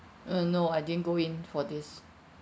uh no I didn't go in for this